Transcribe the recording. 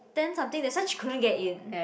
ten something that's why she couldn't get in